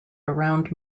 around